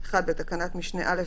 (1) בתקנת משנה (א),